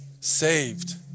saved